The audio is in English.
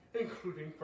including